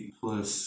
plus